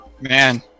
Man